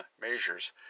measures